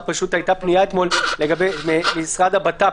הייתה פנייה אתמול לגבי המשרד לביטחון פנים,